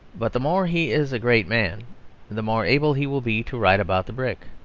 but the more he is a great man the more able he will be to write about the brick.